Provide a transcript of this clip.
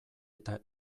eta